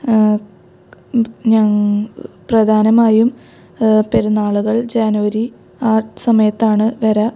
പ്രധാനമായും പെരുന്നാളുകൾ ജാനുവരി ആ സമയത്താണ് വരിക